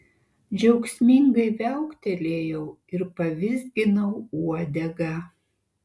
džiaugsmingai viauktelėjau ir pavizginau uodegą